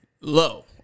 low